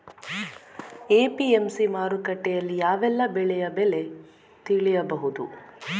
APMC ಮಾರುಕಟ್ಟೆಯಲ್ಲಿ ಯಾವೆಲ್ಲಾ ಬೆಳೆಯ ಬೆಲೆ ತಿಳಿಬಹುದು?